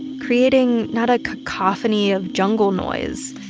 creating not a cacophony of jungle noise,